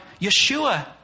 Yeshua